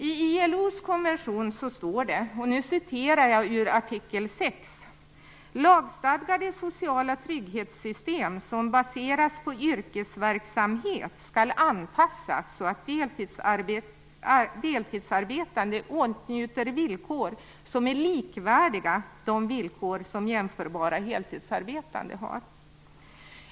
I ILO:s konvention står det följande: "Lagstadgade sociala trygghetssystem som baseras på yrkesverksamhet skall anpassas så att deltidsarbetande åtnjuter villkor som är likvärdiga de villkor som jämförbara heltidsarbetande har".